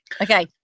Okay